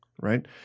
Right